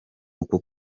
uko